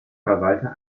verwalter